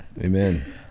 Amen